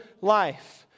life